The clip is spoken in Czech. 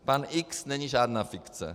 Pan X není žádná fikce.